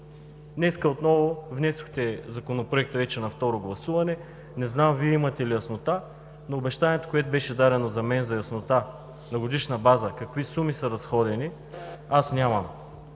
Днес отново внесохте Законопроекта, вече на второ гласуване. Не знам Вие имате ли яснота, но по обещанието, което беше дадено за мен – за яснота на годишна база какви суми са разходени, аз нямам.